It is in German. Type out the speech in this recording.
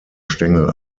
stängel